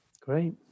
Great